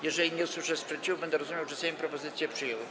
Jeżeli nie usłyszę sprzeciwu, będę rozumiał, że Sejm propozycję przyjął.